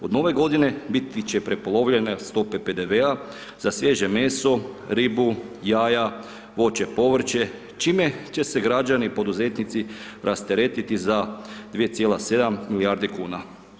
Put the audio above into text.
Od Nove Godine biti će prepolovljene stope PDV-a za svježe meso ribu, jaja, voće i povrće, čime će se građani poduzetnici rasteretiti za 2,7 milijardi kuna.